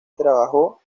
trabajó